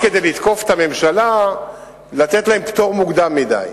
רק כדי לתקוף את הממשלה לתת להם פטור מוקדם מדי.